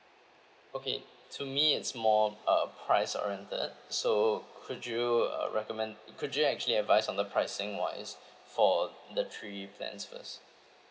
okay to me it's more uh price oriented so could you uh recommend could you actually advice on the pricing wise for the three plans first